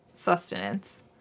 sustenance